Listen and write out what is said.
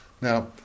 Now